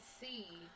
see